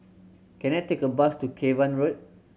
can I take a bus to Cavan Road